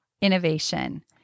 innovation